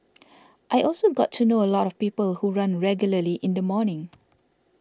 I also got to know a lot of people who run regularly in the morning